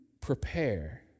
prepare